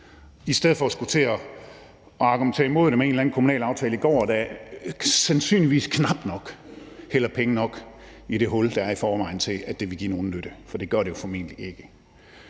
i stedet for at man skulle til at argumentere imod det med en eller anden kommunal aftale i går, der sandsynligvis knap nok hælder penge nok i det hul, der er i forvejen, til, at det vil gøre nogen nytte, for det gør det jo formentlig ikke.